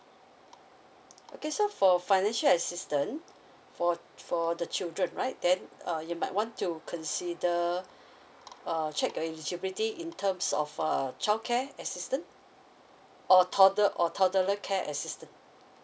okay so for financial assistance for for the children right then uh you might want to consider uh check your eligibility in terms of uh childcare assistance or toddler or toddler care assistance